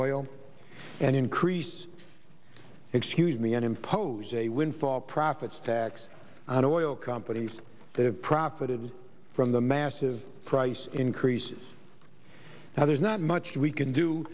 oil and increase excuse me and impose a windfall profits tax on oil companies that have profited from the massive price increases now there's not much we can do